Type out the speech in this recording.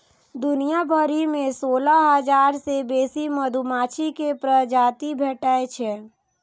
दुनिया भरि मे सोलह हजार सं बेसी मधुमाछी के प्रजाति भेटै छै